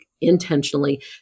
intentionally